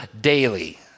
daily